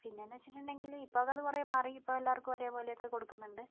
പിന്നെന്നു വെച്ചിട്ടുണ്ടെങ്കിൽ ഇപ്പോഴൊക്കെ അത് കുറേ മാറി ഇപ്പോൾ എല്ലാവർക്കും ഒരേപോലെയൊക്കെ കൊടുക്കുന്നുണ്ട്